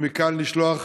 ומכאן לשלוח